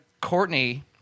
Courtney